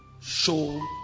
show